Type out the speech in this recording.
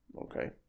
Okay